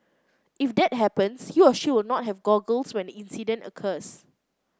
if that happens he or she will not have goggles when the incident occurs